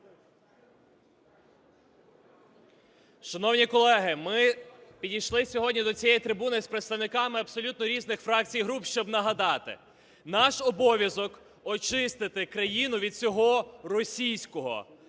Шановні колеги, ми підійшли сьогодні до цієї трибуни з представниками абсолютно різних фракцій і груп, щоб нагадати: наш обов'язок очистити країну від всього російського;